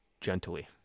gently